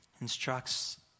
instructs